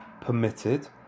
permitted